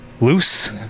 Loose